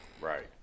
right